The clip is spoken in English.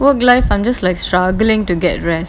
work life I'm just like struggling to get rest